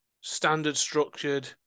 standard-structured